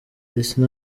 lycée